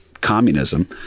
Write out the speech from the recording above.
communism